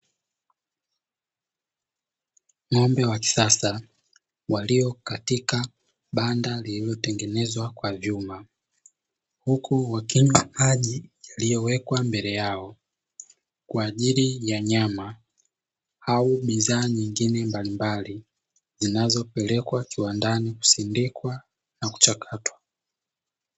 Ng’ombe wa kisasa walio katika banda lililo tengenezwa kwa vyuma, huku wakinywa maji yaliyo wekwa mbele yao kwa ajili ya nyama au bidhaa nyingine mbalimbali; zinazopelekwa kiwandani kusindikwa na kuchakatwa.